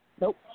Nope